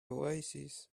oasis